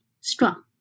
strong